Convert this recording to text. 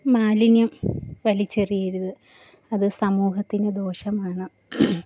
മാലിന്യം വലിച്ചെറിയരുത് അത് സമൂഹത്തിന് ദോഷമാണ്